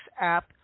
app